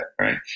right